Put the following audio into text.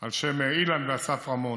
על שם אילן ואסף רמון,